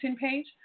page